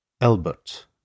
Albert